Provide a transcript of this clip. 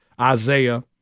Isaiah